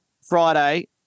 Friday